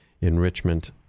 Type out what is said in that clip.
enrichment